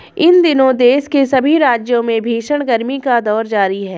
इन दिनों देश के सभी राज्यों में भीषण गर्मी का दौर जारी है